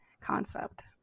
concept